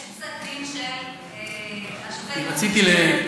יש פסק דין של השופט רובינשטיין,